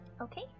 Okay